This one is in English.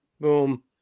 boom